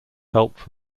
helped